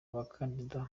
abakandida